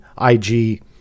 IG